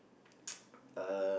uh